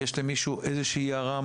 יש למישהו איזושהי הערה,